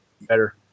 better